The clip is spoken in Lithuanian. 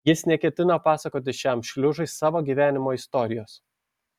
jis neketino pasakoti šiam šliužui savo gyvenimo istorijos